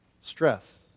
stress